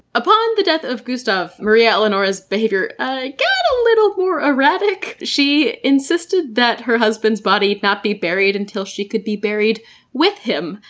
upon the death of gustav, maria eleonora's behavior ah a little more erratic. she insisted that her husband's body not be buried until she could be buried with him.